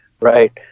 right